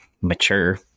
mature